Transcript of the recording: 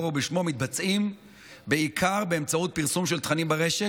בשמו מתבצע בעיקר באמצעות פרסום של תכנים ברשת,